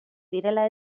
direla